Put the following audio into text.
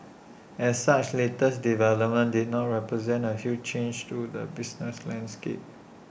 as such latest development did not represent A huge change to the business landscape